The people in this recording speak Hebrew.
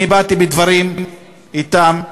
אני באתי בדברים אתם,